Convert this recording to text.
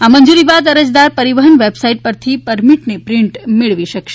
આ મંજૂરી બાદ અરજદાર પરિવહન વેબસાઈટ ઉપરથી પરમીટની પ્રિન્ટ મેળવી શકશે